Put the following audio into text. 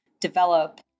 develop